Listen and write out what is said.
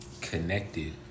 connected